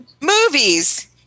Movies